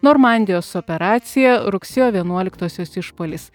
normandijos operacija rugsėjo vienuoliktosios išpuolis